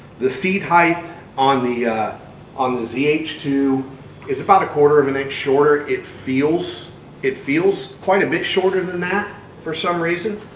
the seat height on the on the z h two is about a quarter of an inch shorter. it feels it feels quite a bit shorter than that for some reason?